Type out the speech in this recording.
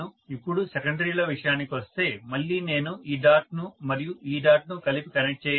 ఇప్పుడు సెకండరీల విషయానికొస్తే మళ్ళీ నేను ఈ డాట్ను మరియు ఈ డాట్ను కలిపి కనెక్ట్ చేయాలి